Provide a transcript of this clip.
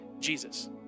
Jesus